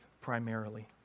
primarily